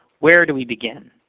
where do we begin?